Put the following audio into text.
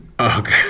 Okay